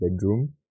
bedroom